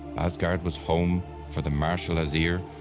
asgard was home for the martial asir,